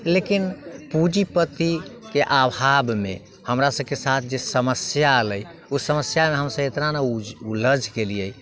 लेकिन पूँजीपतिके अभावमे हमरा सबके साथ जे समस्या अयलै उ समस्यामे हमसब एतना ने उलझि गेलियै की हम